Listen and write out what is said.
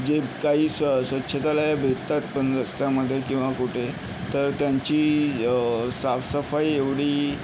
जे काही स स्वच्छतालयं भेटतात पण रस्त्यामध्ये किंवा कुठे तर त्यांची साफसफाई एवढी